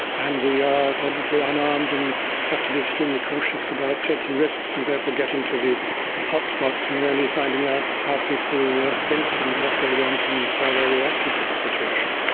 and we are obviously unarmed and have to be extremely cautious about taking risks and therefore getting to the hotspots and really finding out how people think and what they want and how they're reacting to the situation.